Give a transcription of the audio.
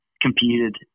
competed